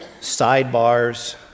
sidebars